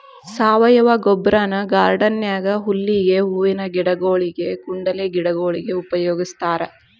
ಸಾವಯವ ಗೊಬ್ಬರನ ಗಾರ್ಡನ್ ನ್ಯಾಗ ಹುಲ್ಲಿಗೆ, ಹೂವಿನ ಗಿಡಗೊಳಿಗೆ, ಕುಂಡಲೆ ಗಿಡಗೊಳಿಗೆ ಉಪಯೋಗಸ್ತಾರ